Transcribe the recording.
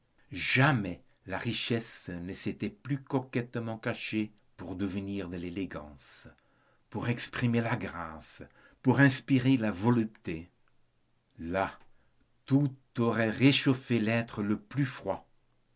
jamais la richesse ne s'était plus coquettement cachée pour devenir de l'élégance pour exprimer la grâce pour inspirer la volupté là tout aurait réchauffé l'être le plus froid